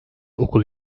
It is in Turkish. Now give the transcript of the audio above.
okul